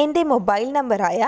എൻ്റെ mobile number ആയ